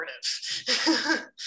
supportive